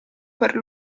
per